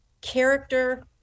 character